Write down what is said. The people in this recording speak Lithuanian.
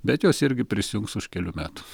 bet jos irgi prisijungs už kelių metų